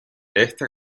esta